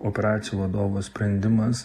operacijų vadovo sprendimas